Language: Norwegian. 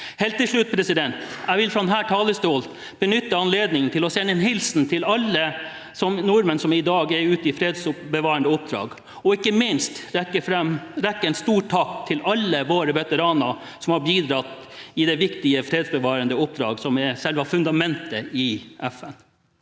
Helt til slutt: Jeg vil fra denne talerstolen benytte anledningen til å sende en hilsen til alle nordmenn som i dag er ute i fredsbevarende oppdrag, og ikke minst rette en stor takk til alle våre veteraner som har bidratt i de viktige fredsbevarende oppdrag som er selve fundamentet i FN.